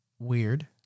Weird